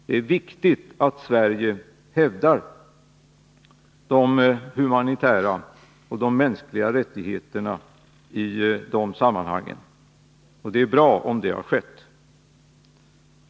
Det är viktigt att Sverige i de sammanhangen hävdar de humanitära rättigheterna, och det är bra om det har skett.